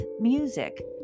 music